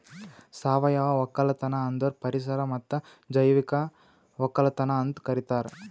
ಸಾವಯವ ಒಕ್ಕಲತನ ಅಂದುರ್ ಪರಿಸರ ಮತ್ತ್ ಜೈವಿಕ ಒಕ್ಕಲತನ ಅಂತ್ ಕರಿತಾರ್